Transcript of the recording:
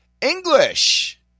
English